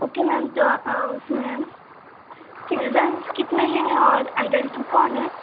okay ma'am तो उसमें childrens कितने हैं और अडल्ट कौन हैं